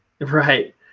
Right